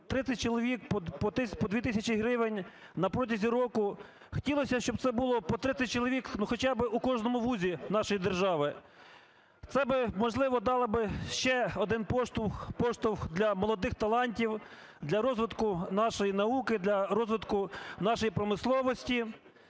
30 чоловік по 2 тисячі гривень на протязі року, хотілося б, щоб це було по 30 чоловік хоча б у кожному вузі нашої держави. Це би, можливо, дало би ще один поштовх – поштовх для молодих талантів, для розвитку нашої науки, для розвитку нашої промисловості.